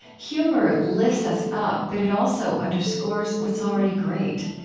humor lifts us up, but it also underscores what's already great.